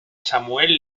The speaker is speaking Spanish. samuel